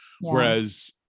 Whereas